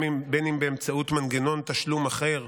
אם באמצעות מנגנון תשלום אחר,